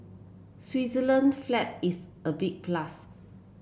Switzerland flag is a big plus